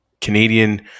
Canadian